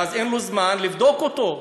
ואז אין לו זמן לבדוק אותו,